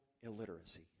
illiteracy